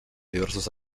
diversos